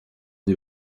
sie